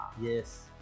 yes